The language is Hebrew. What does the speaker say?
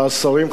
השרים,